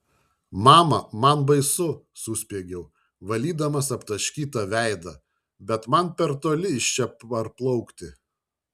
mama man baisu suspiegiau valydamasi aptaškytą veidą net man per toli iš čia parplaukti